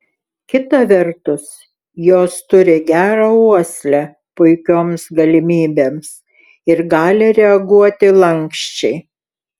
kita vertus jos turi gerą uoslę puikioms galimybėms ir gali reaguoti lanksčiai